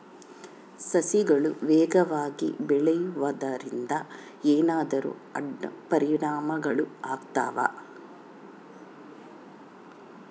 ಸಸಿಗಳು ವೇಗವಾಗಿ ಬೆಳೆಯುವದರಿಂದ ಏನಾದರೂ ಅಡ್ಡ ಪರಿಣಾಮಗಳು ಆಗ್ತವಾ?